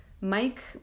Mike